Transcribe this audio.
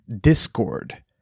discord